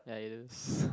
ya it is